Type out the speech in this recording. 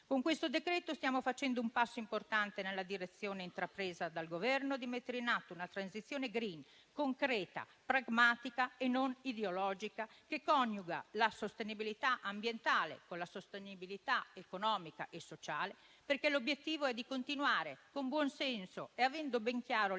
Con questo decreto-legge stiamo facendo un passo importante nella direzione intrapresa dal Governo di mettere in atto una transizione *green*, concreta, pragmatica e non ideologica, che coniuga la sostenibilità ambientale con quella economica e sociale, perché l'obiettivo è di continuare con buon senso e avendo ben chiaro